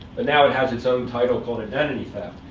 but now it has its own title, called identity theft.